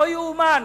לא יאומן.